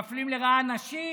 מפלים לרעה נשים,